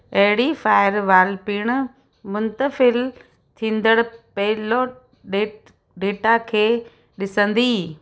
अहिड़ी firewall पिणि मुंतफिल थींदड़ पैलो डेथ डेटा खे ॾिसंदी